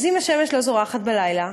אז אם השמש לא זורחת בלילה,